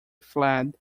fled